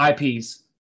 ips